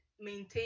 maintain